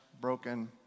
broken